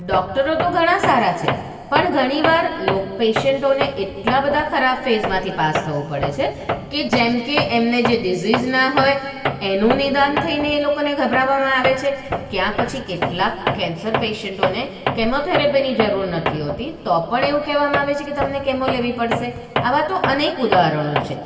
ડોકટરો તો ઘણા સારા છે પણ ઘણીવાર પેશન્ટોને એટલા બધા ખરાબ ફેઝમાંથી પાસ થવું પડે છે કે જેમ કે એમને જે ડીસીઝ ના હોય એનું નિદાન થઈને એ લોકોને ગભરાવવામાં આવે છે ક્યાં પછી કેટલાક કેન્સર પેશન્ટોને કેમોથેરાપીની જરૂર નથી હોતી તો પણ એવું કહેવામાં આવે છે કે તમને કેમો લેવી પડશે આવાં તો અનેક ઉદાહરણો છે